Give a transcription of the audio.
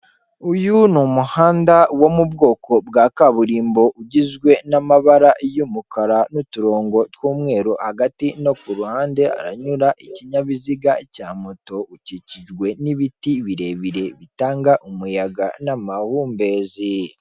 Uyu ni umuhanda wo mu bwoko bwa kaburimbo ugizwe n'amabara y'umukara n'uturongo tw'umweru, hagati no ku ruhande haranyura ikinyabiziga cya moto, ukikijwe n'ibiti birebire bitanga umuyaga n'amahumbezi.